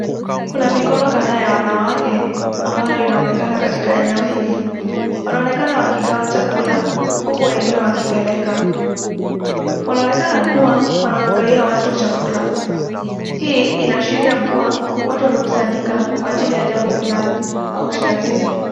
Kuna mikono kadhaa ya wanawake ambayo inaonekana katika eneo hili, wanaonekana wakigawa chakula huku wengine wakipeleka. Wanaonekana kuwa wanawagawia watu chakula. Hii inaashiria kuwa watu wamekusanyika kwa ajili ya jambo fulani au sherehe.